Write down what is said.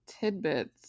tidbits